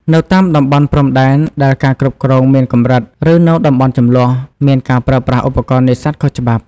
នៅតាមតំបន់ព្រំដែនដែលការគ្រប់គ្រងមានកម្រិត ឬនៅតំបន់ជម្លោះ មានការប្រើប្រាស់ឧបករណ៍នេសាទខុសច្បាប់។